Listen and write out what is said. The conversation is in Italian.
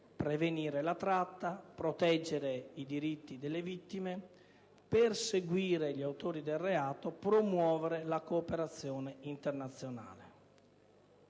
prevenire la tratta; proteggere i diritti delle vittime; perseguire gli autori del reato, promuovere la cooperazione internazionale.